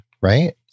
right